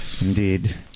Indeed